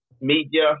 Media